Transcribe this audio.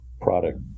product